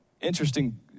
interesting